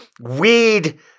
weed